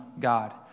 God